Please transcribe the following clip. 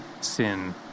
sin